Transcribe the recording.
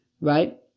Right